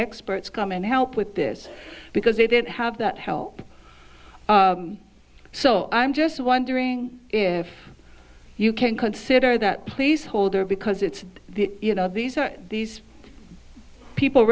experts come and help with this because they didn't have that help so i'm just wondering if you can consider that placeholder because it's the you know these are these people